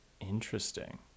interesting